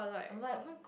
what